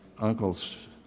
uncle's